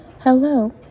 Hello